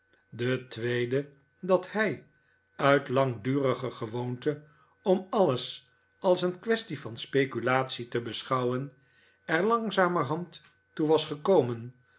de tweede dat hij uit langdurige gewoonte om alles als een quaestie van speculatie te beschouwen er langzamerhand toe was gekomen